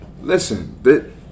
listen